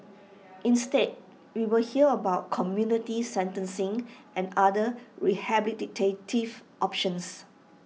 instead we will hear about community sentencing and other rehabilitative options